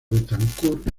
betancourt